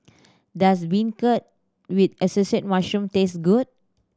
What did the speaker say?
does beancurd with assorted mushroom taste good